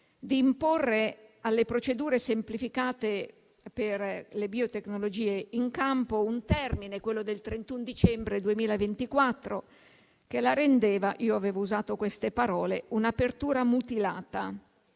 di imporre alle procedure semplificate per le biotecnologie in campo un termine, quello del 31 dicembre 2024, che la rendeva - io avevo usato queste parole - un'apertura mutilata.